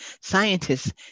scientists